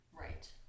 Right